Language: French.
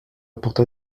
porta